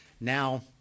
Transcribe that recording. Now